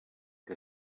que